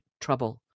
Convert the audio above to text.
trouble